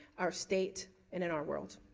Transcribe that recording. our state and and our world.